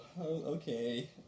okay